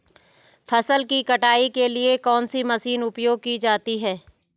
फसल की कटाई के लिए कौन सी मशीन उपयोग की जाती है?